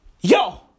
yo